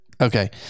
Okay